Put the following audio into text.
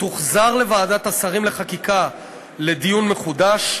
תוחזר לוועדת השרים לחקיקה לדיון מחודש.